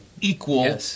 equal